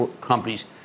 companies